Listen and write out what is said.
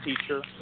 teacher